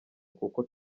kuko